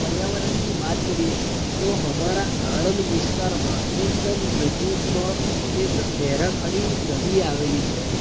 પર્યાવરણની વાત કરીએ તો અમારા આણંદ વિસ્તારમાં એકદમ નજીકમાં એક વેરાખડી નદી આવેલી છે